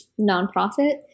nonprofit